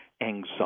anxiety